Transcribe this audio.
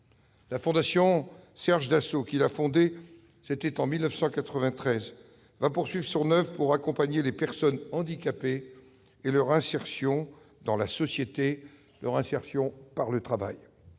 La fondation Serge Dassault, qu'il a fondée en 1993, va poursuivre son oeuvre pour accompagner les personnes handicapées et leur insertion dans la société par le travail.